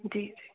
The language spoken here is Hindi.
जी